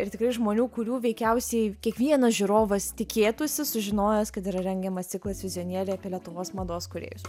ir tikrai žmonių kurių veikiausiai kiekvienas žiūrovas tikėtųsi sužinojęs kad yra rengiamas ciklas vizionieriai apie lietuvos mados kūrėjus